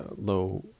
low